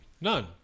None